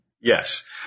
Yes